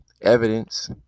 evidence